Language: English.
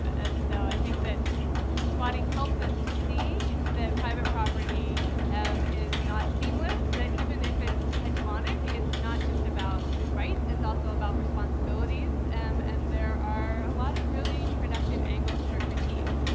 and so i think that squatting helps us to see that private property um is not seamless, that even if it's hegemonic it's not just about rights, it's also about responsibilities, um and there are a lot of really productive angles for critique.